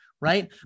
right